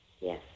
Yes